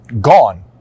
gone